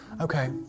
Okay